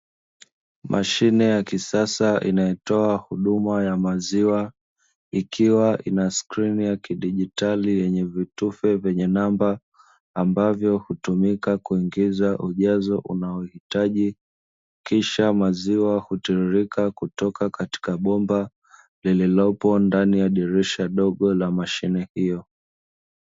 Mashine ya kisasa inayotoa huduma ya maziwa, ikiwa ina skrini ya kidigitali yenye vitufe vyenye namba, ambavyo hutumika kuingiza ujazo unaohitaji, kisha maziwa hutiririka kutoka katika bomba, lililopo ndani ya dirisha dogo la mashine hiyo.